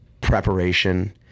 preparation